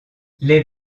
les